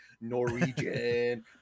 Norwegian